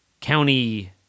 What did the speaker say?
County